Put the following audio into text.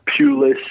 Pulis